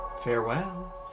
farewell